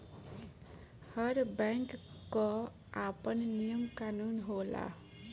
हर bank कअ आपन नियम कानून होला